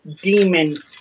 demon